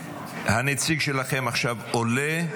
הנציג שלכם עכשיו עולה,